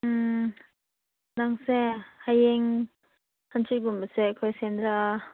ꯎꯝ ꯅꯪꯁꯦ ꯍꯌꯦꯡ ꯍꯪꯆꯤꯠ ꯀꯨꯝꯕꯁꯦ ꯑꯩꯈꯣꯏ ꯁꯦꯟꯗ꯭ꯔꯥ